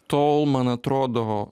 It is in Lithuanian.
tol man atrodo